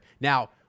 now